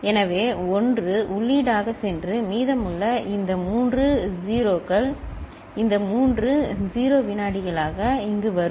எனவே 1 உள்ளீடாக சென்று மீதமுள்ள இந்த மூன்று 0 கள் இந்த மூன்று 0 வினாடிகளாக இங்கே வரும் தெளிவாக இருக்கும்